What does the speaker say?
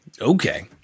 Okay